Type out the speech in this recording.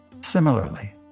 Similarly